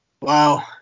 Wow